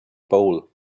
bowl